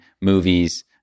movies